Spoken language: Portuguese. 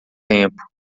tempo